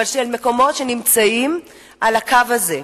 של מקומות שנמצאים על הקו הזה,